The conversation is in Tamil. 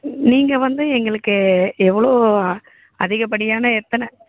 நீங்கள் வந்து எங்களுக்கு எவ்வளோ அதிகப்படியான எத்தனை